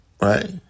right